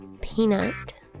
Peanut